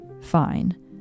Fine